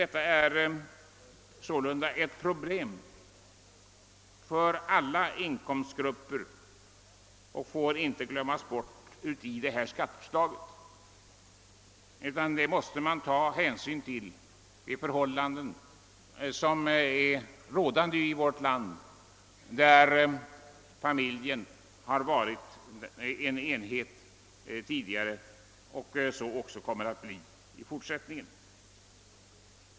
Det är således ett problem för alla inkomstgrupper, och detta får inte glömmas bort i skatteförslaget. Man måste ta hänsyn till de förhållanden som råder i vårt land, där familjen har varit en enhet och kommer att vara det även i fortsättningen.